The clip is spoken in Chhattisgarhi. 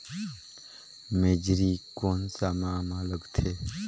मेझरी कोन सा माह मां लगथे